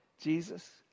Jesus